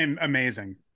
amazing